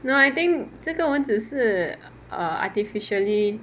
no I think 这个蚊子是 artificially